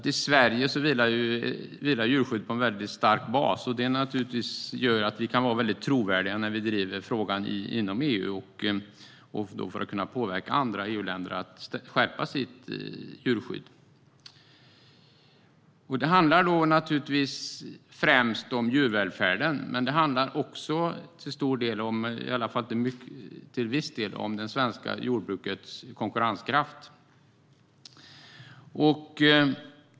I Sverige vilar djurskyddet på en väldigt stark bas, och det gör naturligtvis att vi är trovärdiga när vi driver frågan inom EU för att kunna påverka andra EU-länder att skärpa sitt djurskydd. Det handlar då främst om djurvälfärden, men det handlar också till viss del om det svenska jordbrukets konkurrenskraft.